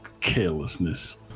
carelessness